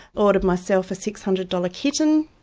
ordered myself a six hundred dollars kitten,